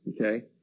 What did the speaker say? Okay